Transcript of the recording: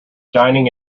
dining